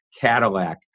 Cadillac